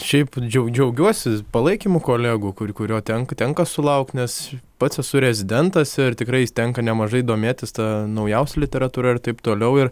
šiaip džiau džiaugiuosi palaikymu kolegų kuri kurio tenka tenka sulaukt nes pats esu rezidentas ir tikrai tenka nemažai domėtis ta naujausia literatūra ir taip toliau ir